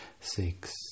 six